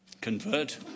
convert